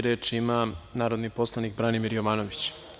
Reč ima narodni poslanik Branimir Jovanović.